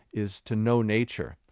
is to know nature.